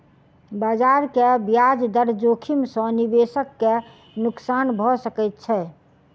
बजार के ब्याज दर जोखिम सॅ निवेशक के नुक्सान भ सकैत छै